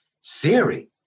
Siri